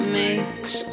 makes